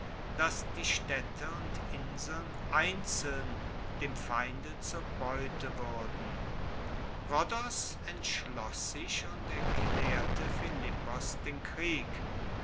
dass die staedte und inseln einzeln dem feinde zur beute wuerden rhodos entschloss sich und erklaerte philippos den krieg